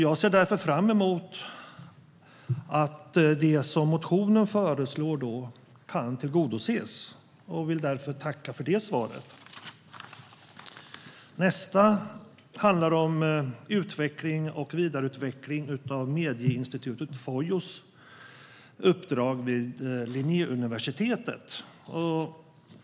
Jag ser då fram emot att det som föreslås i motionen kan tillgodoses och vill därför tacka för det svaret. Nästa motion handlar om utveckling och vidareutveckling av medieinstitutet Fojos uppdrag vid Linnéuniversitet.